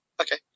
Okay